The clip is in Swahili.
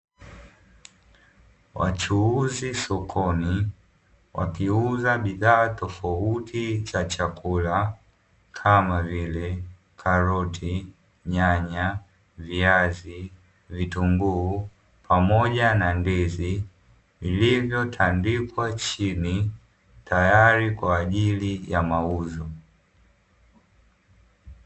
Wachuuzi sokoni wakiuza bidhaa tofauti za chakula kama vile karoti, nyanya, viazi vitunguu pamoja na ndizi vilivyo tandikwa chini tayari kwa ajli ya mauzo.